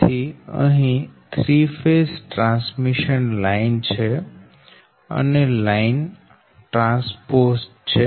તેથી અહી 3 phase transmission line છે અને લાઈન ટ્રાન્સપોઝડ છે